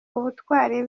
ubutwari